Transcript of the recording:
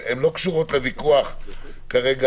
הן לא קשורות לוויכוח של